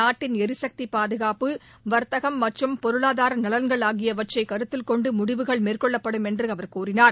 நாட்டின் எரிசக்தி பாதுகாப்பு வர்த்தகம் மற்றும் பொருளாதார நலன்கள் ஆகியவற்றைக் கருத்தில் கொண்டு முடிவுகள் மேற்கொள்ளப்படும் என்று அவர் கூறினார்